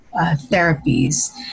therapies